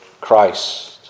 Christ